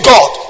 God